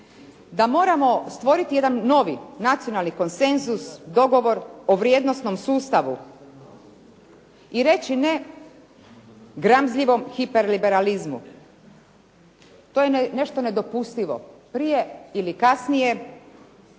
da moramo stvoriti jedan novi nacionalni konsenzus, dogovor o vrijednosnom sustavu i reći ne gramzljivom hiperliberalizmu. To je nešto nedopustivo. Prije ili kasnije